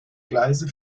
gleise